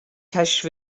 کشف